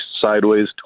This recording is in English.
sideways